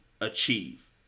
achieve